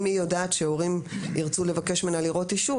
אם היא יודעת שהורים ירצו לבקש ממנה להראות אישור,